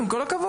עם כל הכבוד.